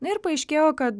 na ir paaiškėjo kad